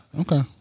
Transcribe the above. Okay